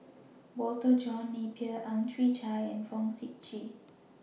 Walter John Napier Ang Chwee Chai and Fong Sip Chee